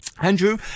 Andrew